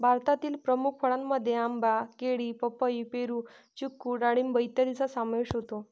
भारतातील प्रमुख फळांमध्ये आंबा, केळी, पपई, पेरू, चिकू डाळिंब इत्यादींचा समावेश होतो